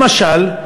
למשל,